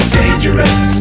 dangerous